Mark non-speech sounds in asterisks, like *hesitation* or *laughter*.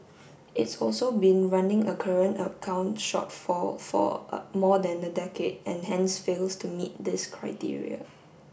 it's also been running a current account shortfall for *hesitation* more than a decade and hence fails to meet this criteria